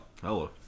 Hello